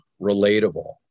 relatable